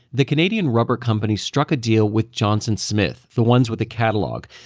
the canadian rubber company struck a deal with johnson smith, the ones with the catalogue.